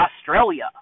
Australia